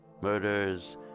Murders